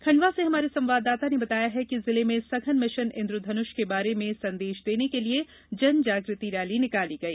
खंडवा से हमारे संवाददाता ने बताया कि जिले में सघन मिशन इंद्रधनुष के बारे में संदेश देने के लिये जनजाग्रती रैली निकाली गई